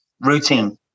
Routine